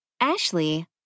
Ashley